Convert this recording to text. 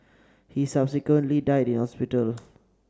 he subsequently died in hospital